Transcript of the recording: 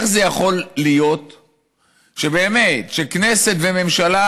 איך זה יכול להיות שבאמת הכנסת והממשלה,